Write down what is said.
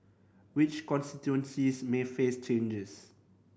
which constituencies may face changes